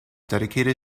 dedicated